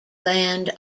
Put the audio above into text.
land